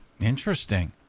interesting